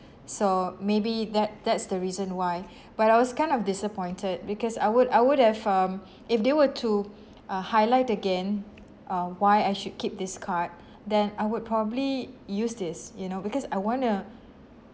so maybe that that's the reason why but I was kind of disappointed because I would I would have um if they were to uh highlight again uh why I should keep this card then I would probably use this you know because I want to